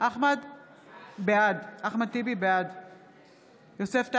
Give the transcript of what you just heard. בעד יוסף טייב,